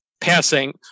passing